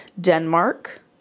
Denmark